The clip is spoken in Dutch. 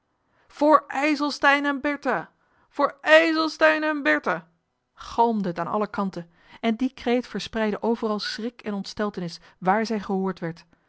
voor ijselstein en bertha voor ijselstein en bertha galmde het aan alle kanten en die kreet verspreidde overal schrik en ontsteltenis waar zij gehoord werd